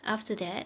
after that